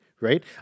right